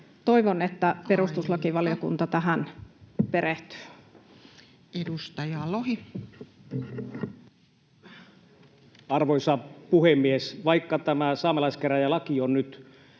Toivon, että perustuslakivaliokunta [Puhemies: Aika!] tähän perehtyy. Edustaja Lohi. Arvoisa puhemies! Vaikka tämä saamelaiskäräjälaki on nyt